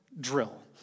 drill